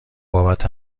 بابت